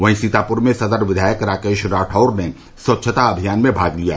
वहीं सीतापूर में सदर विधायक राकेश राठौर ने स्वच्छता अभियान में भाग लिया